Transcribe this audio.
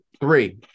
three